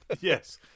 Yes